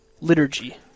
liturgy